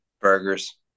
burgers